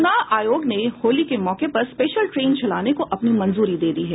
चुनाव आयोग ने होली के मौके पर स्पेशल ट्रेन चलाने को अपनी मंजूरी दे दी है